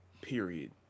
period